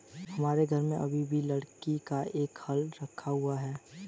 हमारे घर में अभी भी लकड़ी का एक हल रखा हुआ है